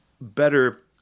better